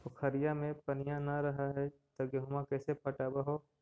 पोखरिया मे पनिया न रह है तो गेहुमा कैसे पटअब हो?